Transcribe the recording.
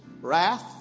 wrath